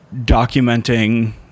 documenting